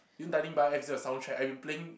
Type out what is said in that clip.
you know dining bar F is a soundtrack I've been playing